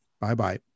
Bye-bye